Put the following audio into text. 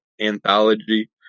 Anthology